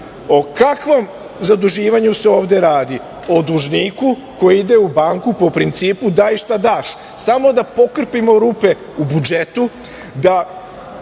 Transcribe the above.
O kakvom zaduživanju se ovde radi? O dužniku, koji ide u banku, u principu daj šta daš, samo da pokrpimo rupe u budžetu,